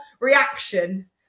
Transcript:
reaction